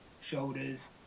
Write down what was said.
shoulders